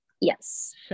Yes